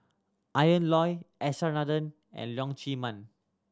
Ian Loy S R Nathan and Leong Chee Mun